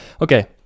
Okay